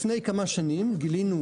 לפני כמה שנים גילינו,